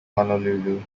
honolulu